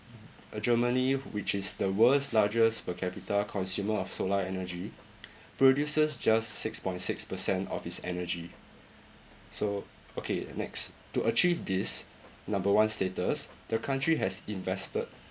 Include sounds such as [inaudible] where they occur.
uh germany which is the world's largest per capita consumer of solar energy [noise] produces just six point six percent of its energy so okay next to achieve this number one status the country has invested